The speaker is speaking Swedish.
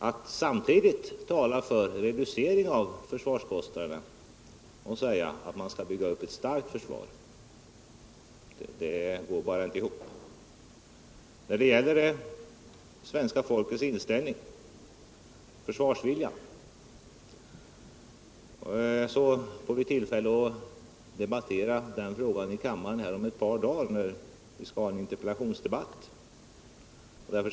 Att samtidigt tala för en reducering av försvarskostnaderna och säga att man skall bygga upp ett starkt försvar går bara inte ihop. När det gäller frågan om svenska folkets inställning till försvaret, dvs. försvarsviljan, får vi tillfälle att föra en interpellationsdebatt här i kammaren om ett par dagar. Därför skall jag inte närmare gå in på detta.